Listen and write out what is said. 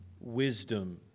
wisdom